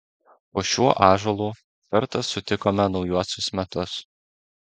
po šiuo ąžuolu kartą sutikome naujuosius metus